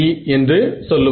47 a